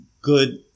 good